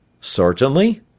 Certainly